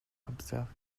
observed